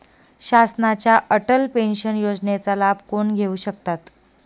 शासनाच्या अटल पेन्शन योजनेचा लाभ कोण घेऊ शकतात?